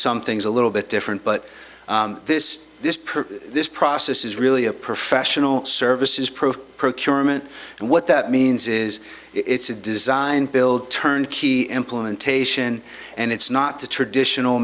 some things a little bit different but this this per this process is really a professional services proof procurement and what that means is it's a design build turn key implementation and it's not the traditional